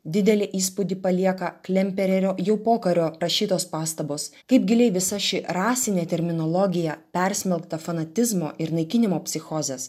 didelį įspūdį palieka klempererio jų pokario rašytos pastabos kaip giliai visa ši rasinė terminologija persmelkta fanatizmo ir naikinimo psichozės